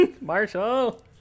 Marshall